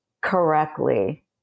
correctly